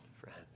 friends